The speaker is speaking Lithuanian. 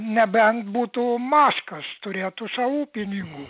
nebent būtų maskas turėtų savų pinigų